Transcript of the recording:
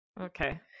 okay